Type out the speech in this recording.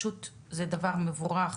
זה דבר מבורך